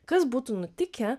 kas būtų nutikę